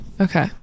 okay